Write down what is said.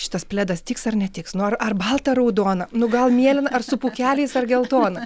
šitas pledas tiks ar netiks nu ar ar baltą ar raudoną nu gal mielyną ar su pūkeliais ar geltoną